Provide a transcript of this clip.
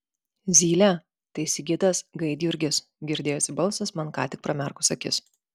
zylė tai sigitas gaidjurgis girdėjosi balsas man ką tik pramerkus akis